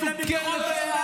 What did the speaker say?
ההתנתקות הייתה טובה או